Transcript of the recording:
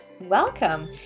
welcome